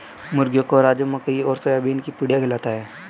मुर्गियों को राजू मकई और सोयाबीन की पुड़िया खिलाता है